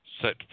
set